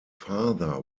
father